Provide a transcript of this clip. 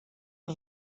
que